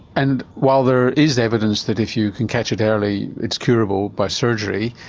and while there is evidence that if you can catch it early it's curable by surgery,